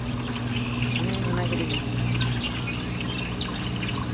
ᱦᱩᱸ ᱢᱮᱱᱟᱭ ᱠᱟᱫᱮ ᱜᱮᱭᱟ